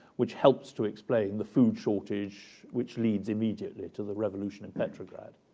which helps to explain the food shortage, which leads immediately to the revolution in petrograd.